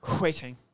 Waiting